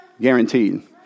guaranteed